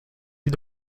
sie